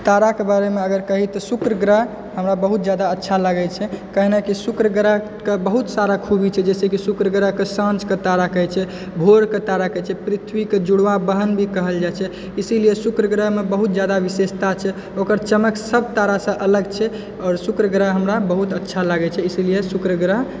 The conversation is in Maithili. ताराके बारेमे अगर कहि तऽ हमर शुक्र ग्रह हमरा बहुत जादा अच्छा लागै छै काहे ने शुक्र ग्रहके बहुत सारा खूबी छै जाहिसँ कि शुक्र ग्रहके साँझके तारा कहै छै भोरके तारा कहै छै पृथ्वीके जुड़वा बहिन भी कहल जाइ छै इसीलिये शुक्र ग्रहमे बहुत जादा विशेषता छै ओकर चमक सभ तारासँ अलग छै आओर शुक्र ग्रह हमरा बहुत अच्छा लागै छै इसलिए शुक्र ग्रह